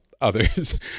others